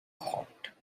hot